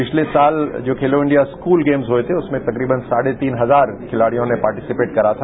पिछले साल Khelo India school games हुए थे उसमें तकरीबन साढ़े तीन हजार खिलाड़ियों ने पार्टीस्पेट करा था